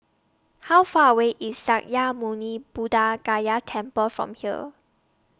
How Far away IS Sakya Muni Buddha Gaya Temple from here